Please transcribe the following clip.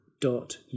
dot